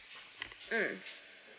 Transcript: mm